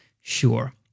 Sure